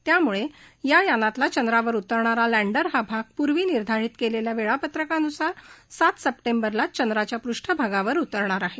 त्यामुळे या यानातला चंद्रावर उतरणारा लँडर हा भाग पूर्वी निर्धारित केलेल्या वेळापत्रकानुसार सात सप्टेंबरलाच चंद्राच्या पृष्ठभागावर उतरणार आहे